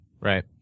Right